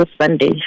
Sunday